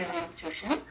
institution